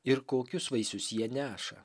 ir kokius vaisius jie neša